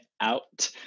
out